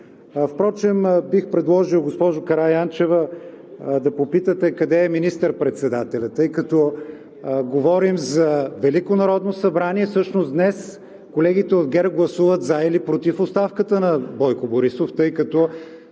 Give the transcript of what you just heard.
Впрочем, бих предложил, госпожо Караянчева, да попитате къде е министър-председателят, тъй като говорим за Велико народно събрание. Всъщност днес колегите от ГЕРБ гласуват „за“ или „против“ оставката на Бойко Борисов, тъй като